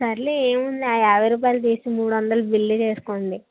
సరేలే ఏముంది ఆ యాభై రూపాయలు తీసి మూడు వందలకి బిల్లు చేసుకోండి